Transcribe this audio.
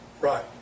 Right